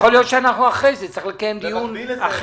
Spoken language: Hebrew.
יכול להיות שאחר כך נצטרך לקיים דיון אחר.